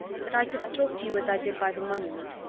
that i could talk to you as i did by the monument,